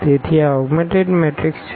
તેથી આ augmented matrix છે